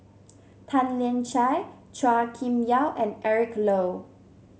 Tan Lian Chye Chua Kim Yeow and Eric Low